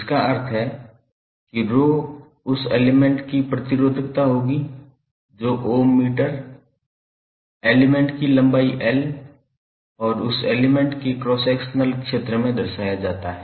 इसका अर्थ है कि 𝜌 उस एलिमेंट की प्रतिरोधकता होगी जो ओम मीटर एलिमेंट की लंबाई और उस एलिमेंट के क्रॉस सेक्शनल क्षेत्र में दर्शाया जाता है